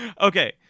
Okay